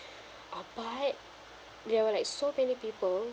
oh but there were like so many people